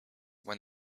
when